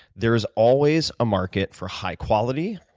there is always a market for high quality,